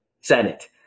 Senate